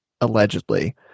allegedly